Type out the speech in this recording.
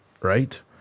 right